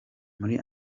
muri